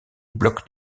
blocs